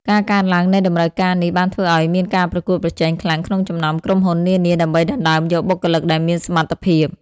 ការកើនឡើងនៃតម្រូវការនេះបានធ្វើឱ្យមានការប្រកួតប្រជែងខ្លាំងក្នុងចំណោមក្រុមហ៊ុននានា ដើម្បីដណ្តើមយកបុគ្គលិកដែលមានសមត្ថភាព ។